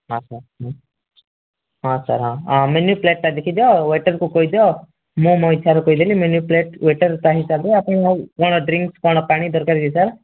ହଁ ସାର୍ ମୁଁ ହଁ ସାର୍ ହଁ ମେନ୍ୟୁ ପ୍ଲେଟ୍ଟା ଦେଖିଦିଅ ୱେଟର୍କୁ କହିଦିଅ ମୁଁ ମୋ ହିସାବରେ କହିଦେଲି ମେନ୍ୟୁ ପ୍ଲେଟ୍ ୱେଟର୍ ତା' ହିସାବରେ ଆପଣ କ'ଣ ଡ୍ରିଙ୍କ୍ କ'ଣ ପାଣି ଦରକାର କି ସାର୍